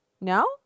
No